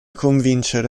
convincere